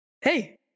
hey